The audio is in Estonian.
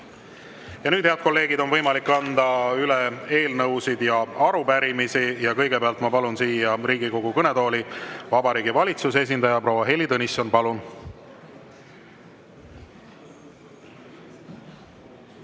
Nüüd, head kolleegid, on võimalik anda üle eelnõusid ja arupärimisi. Kõigepealt ma palun siia Riigikogu kõnetooli Vabariigi Valitsuse esindaja proua Heili Tõnissoni. Palun!